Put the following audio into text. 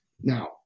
Now